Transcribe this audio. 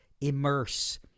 immerse